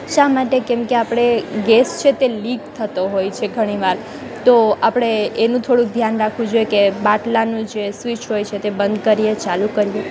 શા માટે કેમકે આપણે ગેસ છે તે લીક થતો હોય છે ઘણીવાર તો આપણે એનું થોડુંક ધ્યાન રાખવું જોઈએ કે બાટલાનું જે સ્વિચ હોય છે તે બંધ કરીયે ચાલુ કરીયે